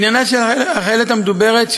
בעניינה של החיילת המדוברת,